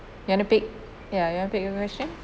you want to pick ya ya you want to pick your question